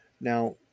Now